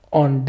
on